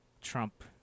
Trump